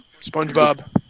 Spongebob